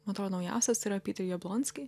man atrodo naujausias yra pytir jablonsky